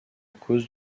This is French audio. cause